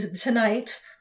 tonight